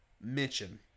mention